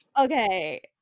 Okay